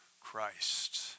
Christ